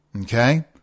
Okay